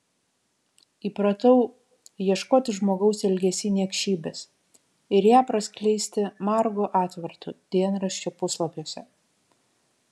įpratau ieškoti žmogaus elgesy niekšybės ir ją praskleisti margu atvartu dienraščio puslapiuose